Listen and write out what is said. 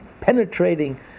penetrating